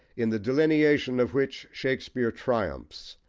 in the delineation of which shakespeare triumphs,